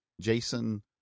jason